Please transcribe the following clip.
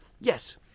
yes